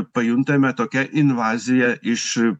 pajuntame tokią invaziją iš